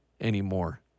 anymore